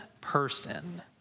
person